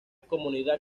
comunidad